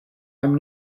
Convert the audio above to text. i’m